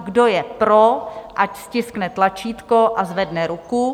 Kdo je pro, ať stiskne tlačítko a zvedne ruku.